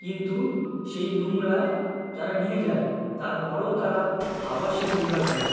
কিন্তু সেই নোংরা তারা নিয়ে যায় তারপরেও তারা আবার সেই নোংরা ফেলে